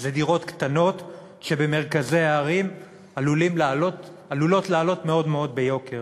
זה דירות קטנות שבמרכזי הערים עלולות לעלות מאוד מאוד ביוקר.